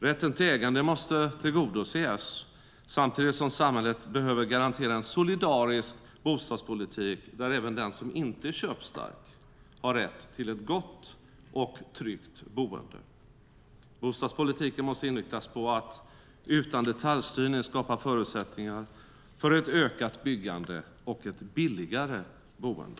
Rätten till ägande måste tillgodoses samtidigt som samhället behöver garantera en solidarisk bostadspolitik, där även den som inte är köpstark har rätt till ett gott och tryggt boende. Bostadspolitiken måste inriktas på att, utan detaljstyrning, skapa förutsättningar för ett ökat byggande och ett billigare boende.